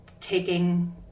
taking